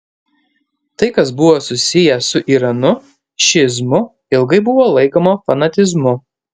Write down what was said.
tai kas buvo susiję su iranu šiizmu ilgai buvo laikoma fanatizmu